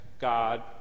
God